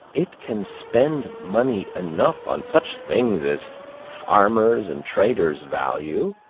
it can spend money enough on such things as farmers and traders value,